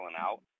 out